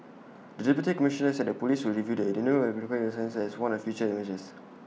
the deputy Commissioner said the Police will review the renewal of liquor licences as one of future measures